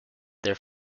their